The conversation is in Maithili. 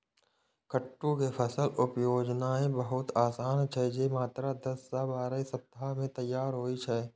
कट्टू के फसल उपजेनाय बहुत आसान छै, जे मात्र दस सं बारह सप्ताह मे तैयार होइ छै